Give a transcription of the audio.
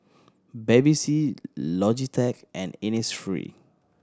Bevy C Logitech and Innisfree